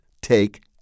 take